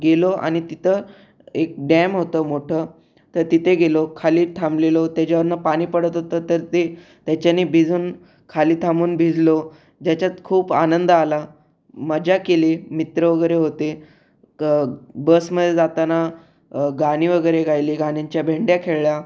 गेलो आणि तिथं एक डॅम होतं मोठं तर तिथे गेलो खाली थांबलेलो त्याच्यावरनं पाणी पडत होतं तर ते त्याच्याने भिजून खाली थांबून भिजलो ज्याच्यात खूप आनंद आला मजा केली मित्र वगैरे होते बसमध्ये जाताना गाणी वगैरे गायली गाण्यांच्या भेंड्या खेळल्या